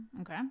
Okay